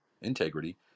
integrity